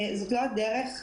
זאת לא הדרך,